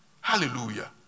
Hallelujah